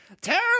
Terrible